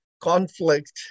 conflict